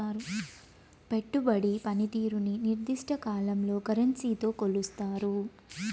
పెట్టుబడి పనితీరుని నిర్దిష్ట కాలంలో కరెన్సీతో కొలుస్తారు